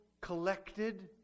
collected